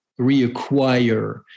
reacquire